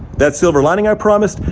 that silver lining i promised,